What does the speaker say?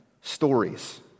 stories